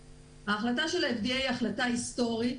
ההחלטה של ה-FDA היא החלטה היסטורית.